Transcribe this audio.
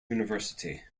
university